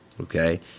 okay